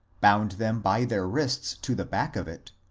bound them by their wrists to the back of it,